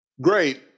Great